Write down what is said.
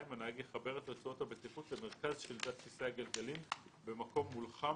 הנהג יחבר את רצועת הבטיחות למרכז שלדת כיסא הגלגלים במקום מולחם,